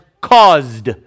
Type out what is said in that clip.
caused